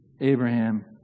Abraham